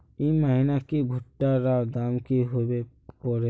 ई महीना की भुट्टा र दाम की होबे परे?